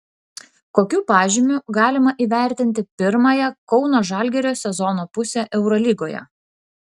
kokiu pažymiu galima įvertinti pirmąją kauno žalgirio sezono pusę eurolygoje